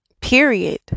Period